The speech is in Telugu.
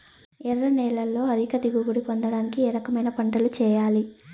ఎర్ర నేలలో అధిక దిగుబడి పొందడానికి ఏ రకమైన పంటలు చేయాలి?